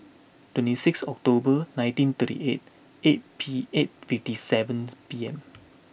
twenty six October nineteen thirty eight eight P eight fifty seven P M